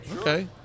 Okay